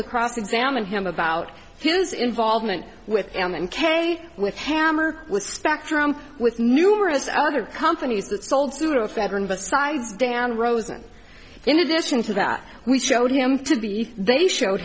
cross examine him about his involvement with m k with hammer with spectrum with numerous other companies that sold pseudoephedrine besides dan rosen in addition to that we showed him to be they showed